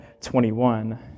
21